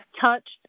touched